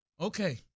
Okay